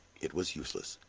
it was useless.